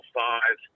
five